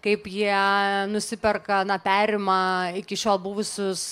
kaip jie nusiperka na perima iki šiol buvusius